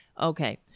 Okay